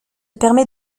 permet